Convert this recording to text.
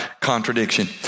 contradiction